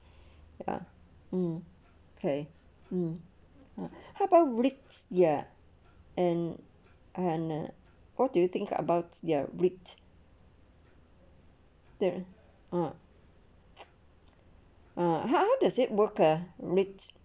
ya mm okay mm how about risk ya and and what do you think their risk there ah how ha they say work ah risk